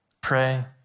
Pray